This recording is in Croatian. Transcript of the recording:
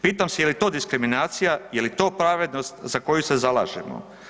Pitam se je li to diskriminacija, je li to pravednost za koju se zalažemo?